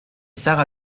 sara